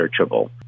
searchable